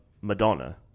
Madonna